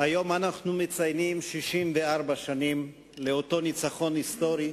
היום אנחנו מציינים 64 שנים לאותו ניצחון היסטורי,